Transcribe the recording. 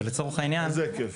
ולצורך העניין --- איזה היקף?